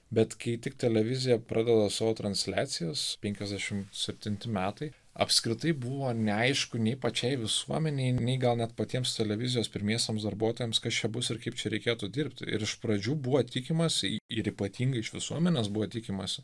bet kai tik televizija pradeda savo transliacijas penkiasdešim septinti metai apskritai buvo neaišku nei pačiai visuomenei nei gal net patiems televizijos pirmiesiems darbuotojams kas čia bus ir kaip čia reikėtų dirbti ir iš pradžių buvo tikimasi ir ypatingai iš visuomenės buvo tikimasi